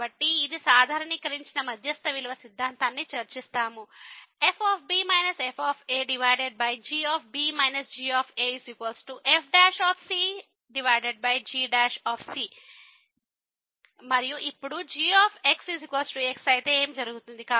కాబట్టి ఇది సాధారణీకరించిన మధ్యస్థ విలువ సిద్ధాంతాన్ని చర్చిస్తాము fb fgb gfcgc మరియు ఇప్పుడు g x అయితే ఏమి జరుగుతుంది